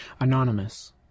Anonymous